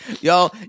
Y'all